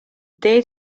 day